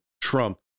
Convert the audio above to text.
Trump